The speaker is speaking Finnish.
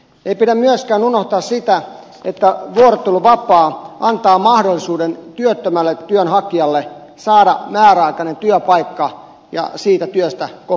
ei pidä myöskään unohtaa sitä että vuorotteluvapaa antaa mahdollisuuden työttömälle työnhakijalle saada määräaikainen työpaikka ja siitä työstä kokemusta